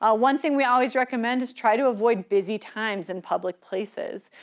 ah one thing we always recommend is try to avoid busy times in public places.